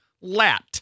LAT